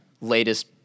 latest